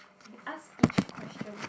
I asked each question